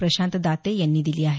प्रशांत दाते यांनी दिली आहे